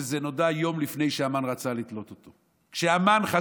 וזה נודע יום לפני שהמן רצה לתלות אותו.